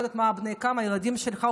ואני לא יודעת בני כמה הילדים שלך,